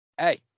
hey